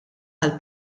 għal